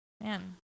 Man